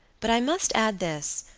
but i must add this,